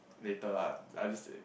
later lah I just